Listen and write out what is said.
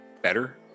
better